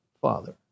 father